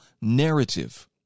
narrative